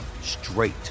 straight